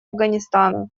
афганистана